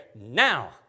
now